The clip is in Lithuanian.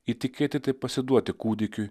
įtikėti tai pasiduoti kūdikiui